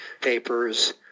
papers